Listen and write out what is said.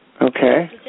Okay